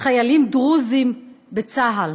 חיילים דרוזים בצה"ל.